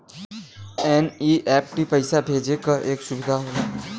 NEFT पइसा भेजे क एक सुविधा होला